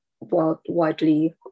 widely